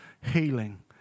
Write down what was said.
healing